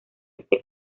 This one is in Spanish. este